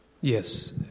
Yes